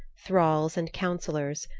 thralls and councillors,